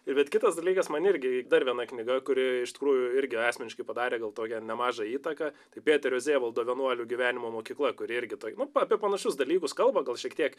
ir bet kitas dalykas man irgi dar viena knyga kuri iš tikrųjų irgi asmeniškai padarė tokią nemažą įtaką tai pėterio zevaldo vienuolių gyvenimo mokykla kuri irgi tokia nu apie panašius dalykus kalba gal šiek tiek